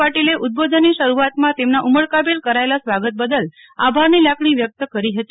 પાટીલે ઉદબોધનની શરૂઆતમાં તેમના ઉમળકાભેર કરાયેલા સ્વાગત બદલ આભારની લાગણો વ્યકત કરી હતી